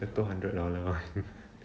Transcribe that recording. the two hundred dollar one